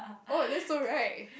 oh that's so right